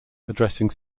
addressing